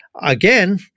again